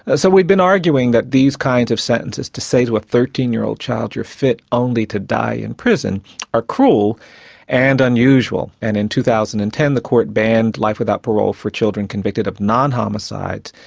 ah so we've been arguing that these kinds of sentences to say to a thirteen year old child, you're fit only to die in prison are cruel and unusual, and in two thousand and ten the court banned life without parole for children convicted of non-homicides,